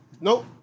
Nope